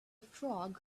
frog